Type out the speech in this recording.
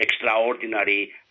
extraordinary